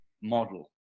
model